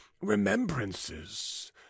remembrances